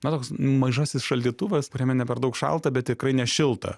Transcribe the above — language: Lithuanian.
na toks mažasis šaldytuvas kuriame ne per daug šalta bet tikrai nešilta